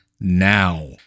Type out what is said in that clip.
now